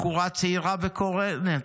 בחורה צעירה וקורנת,